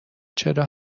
چرا